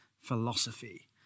philosophy